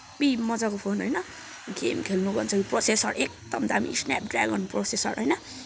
heavy मजाको phone होइन game खेल्नुको अनुसारले प्रोसेसर एकदम दामी स्नेपड्रेगन प्रोसेसर होइन